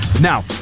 Now